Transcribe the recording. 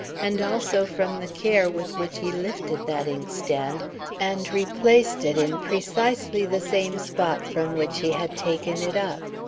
and also from the care with which he lifted that inkstand and replaced it in precisely the same spot from which he had taken it up.